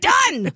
Done